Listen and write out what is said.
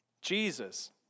Jesus